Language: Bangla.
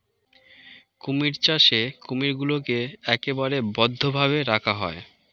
কুমির চাষে কুমিরগুলোকে একেবারে বদ্ধ ভাবে রাখা হয়